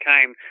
came